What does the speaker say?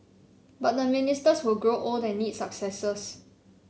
but the ministers will grow old and need successors